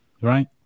right